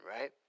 right